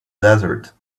desert